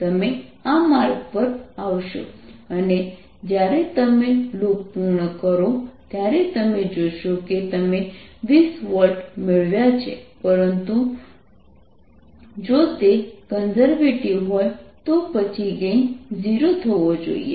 તમે આ માર્ગ પર આવશો અને જ્યારે તમે લૂપ પૂર્ણ કરો ત્યારે તમે જોશો કે તમે 20 વોલ્ટ મેળવ્યા છે પરંતુ જો તે કન્ઝર્વેટિવ હોય તો પછી ગેઇન 0 થવો જોઈએ